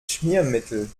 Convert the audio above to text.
schmiermittel